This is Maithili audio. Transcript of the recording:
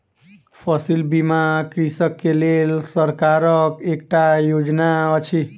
फसिल बीमा कृषक के लेल सरकारक एकटा योजना अछि